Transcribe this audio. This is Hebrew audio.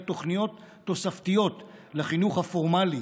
הוא תוכניות תוספתיות לחינוך הפורמלי,